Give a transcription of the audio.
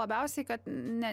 labiausiai kad ne